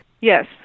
Yes